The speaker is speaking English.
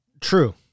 true